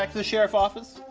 like the sheriff office.